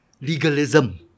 legalism